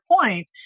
point